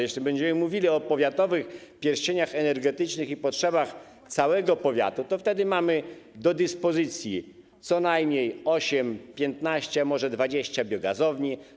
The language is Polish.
Jeszcze będziemy mówili o powiatowych pierścieniach energetycznych i potrzebach całego powiatu, wtedy mamy do dyspozycji co najmniej osiem, 15, a może 20 biogazowni.